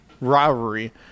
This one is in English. rivalry